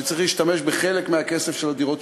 שצריך להשתמש בחלק מהכסף של הדירות